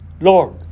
Lord